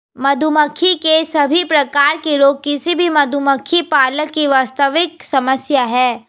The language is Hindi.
मधुमक्खी के सभी प्रकार के रोग किसी भी मधुमक्खी पालक की वास्तविक समस्या है